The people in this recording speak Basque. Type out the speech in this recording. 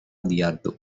dihardu